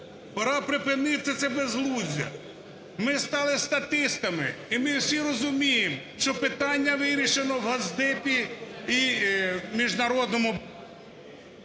Пора припинити це безглуздя, ми стали статистами, і ми всі розуміємо, що питання вирішено в Госдепі і в міжнародному…